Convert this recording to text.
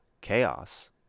Chaos